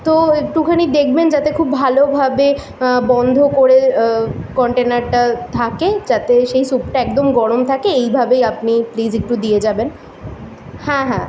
তো একটুখানি দেখবেন যাতে খুব ভালোভাবে বন্ধ করে কন্টেইনারটা থাকে যাতে সেই স্যুপটা একদম গরম থাকে এইভাবেই আপনি প্লিজ একটু দিয়ে যাবেন হ্যাঁ হ্যাঁ